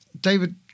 David